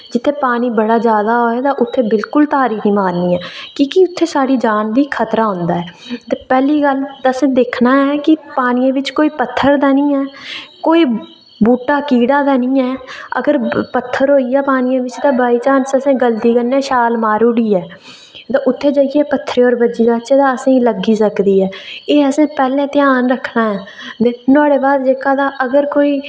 जित्थें पानी बड़ा जादै होऐ तां उत्थें बिलकुल तारी निं मारनी ऐ कि के उत्थें साढ़ी जान गी खतरा होंदा ऐ ते पैह्ली गल्ल ते असें दिक्खना ऐ कि पानियै बिच्च कोई पत्थर ते निं ऐ कोई बूह्टा कीड़ा ते निं ऐ अगर पत्थर होई गेआ पानी बिच्च ते बाईचांस असें गल्ती कन्नै छाल मारी ओड़ी ऐ ते उत्थें जाइयै पत्थरै पर लग्गी जाचै तां असेंगी लग्गी सकदी ऐ एह् असें पैह्लें ध्यान रक्खना ऐ नोहाड़े बाद जेह्का तां अगर कोई